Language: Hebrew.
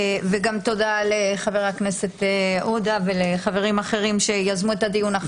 וגם תודה לחה"כ עודה וחברים אחרים שיזמו את הדיון הזה.